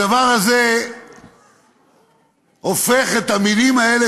הדבר הזה הופך את המילים האלה,